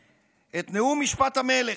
את נאום משפט המלך.